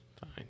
Fine